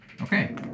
Okay